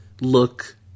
look